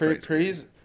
Praise